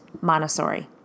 Montessori